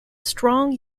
strong